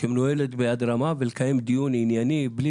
שמנוהלת ביד רמה ולקיים דיון ענייני בלי